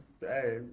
Hey